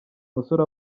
musore